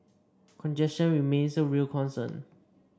congestion remains a real concern